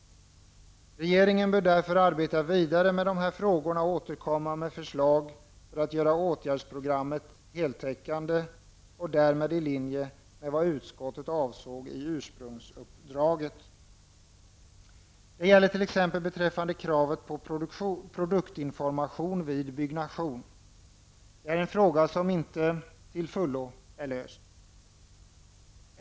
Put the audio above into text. Regeringen bör därför arbeta vidare med dessa frågor och återkomma med förslag för att göra åtgärdsprogrammet heltäckande och därmed i linje med vad utskottet avsåg i ursprungsuppdraget. Det gäller t.ex. kravet på produktinformation vid byggnation. Det är en fråga som inte till fullo är löst.